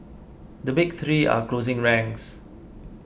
the big three are closing ranks